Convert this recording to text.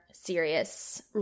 serious